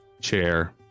chair